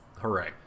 Hooray